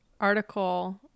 article